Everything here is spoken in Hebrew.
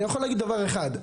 אני יכול להגיד דבר אחד.